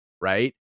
Right